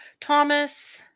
Thomas